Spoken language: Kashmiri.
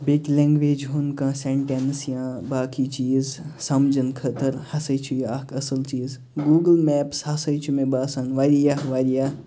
بیٚکہِ لَنٛگویج ہُنٛد کانٛہہ سیٚنٹیٚنٕس یا باقٕے چیٖز سَمجَھن خٲطر ہسا چھِ یہِ اَکھ اصٕل چیٖز گوگُل میپٕس ہسا چھُ مےٚ باسان واریاہ واریاہ